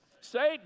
satan